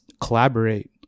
collaborate